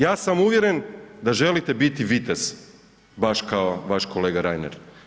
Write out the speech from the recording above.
Ja sam uvjeren da želite biti vitez, baš kao vaš kolega Reiner.